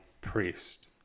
priest